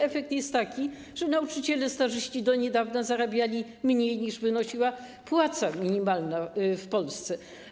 Efekt jest taki, że nauczyciele stażyści do niedawna zarabiali mniej, niż wynosiła płaca minimalna w Polsce.